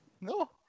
No